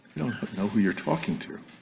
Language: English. know who you're talking to